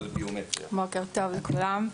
בוקר טוב לכולם.